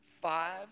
Five